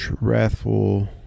wrathful